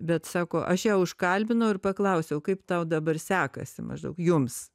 bet sako aš ją užkalbinau ir paklausiau kaip tau dabar sekasi maždaug jums